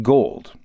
Gold